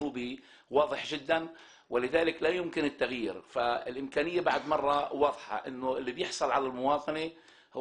בלי שום קשר לאחי, אחותי או אבא שלי.